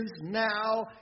now